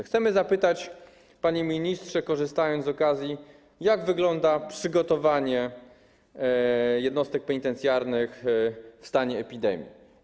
Chcemy zapytać, panie ministrze, korzystając z okazji, jak wygląda przygotowanie jednostek penitencjarnych w stanie epidemii.